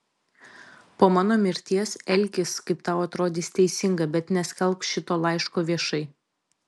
po mano mirties elkis kaip tau atrodys teisinga bet neskelbk šito laiško viešai